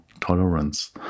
tolerance